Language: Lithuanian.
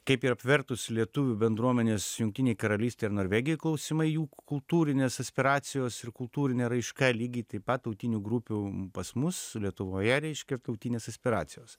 kaip ir apvertus lietuvių bendruomenės jungtinėj karalystėj ar norvegijoj klausimai jų kultūrinės aspiracijos ir kultūrinė raiška lygiai taip pat tautinių grupių pas mus lietuvoje reiškia tautinės aspiracijos